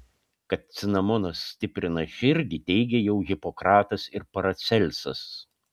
kad cinamonas stiprina širdį teigė jau hipokratas ir paracelsas